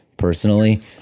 personally